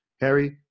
Harry